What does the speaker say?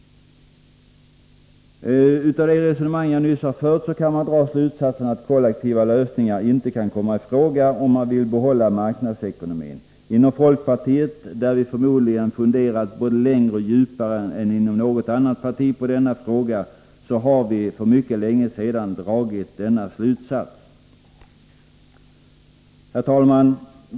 Av det resonemang jag nyss har fört kan man dra slutsatsen att kollektiva lösningar inte kan komma i fråga om man vill behålla marknadsekonomin. Inom folkpartiet, där vi förmodligen har funderat både längre och djupare än inom något annat parti på denna fråga, har vi för mycket länge sedan dragit denna slutsats. Herr talman!